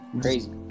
Crazy